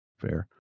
fair